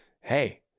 Hey